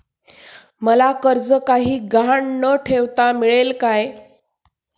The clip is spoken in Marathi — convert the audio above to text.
मला कर्ज काही गहाण न ठेवता मिळेल काय?